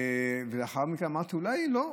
ולאחר מכן אמרתי: אולי לא,